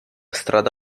strada